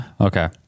Okay